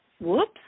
Whoops